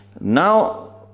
Now